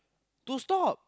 to stop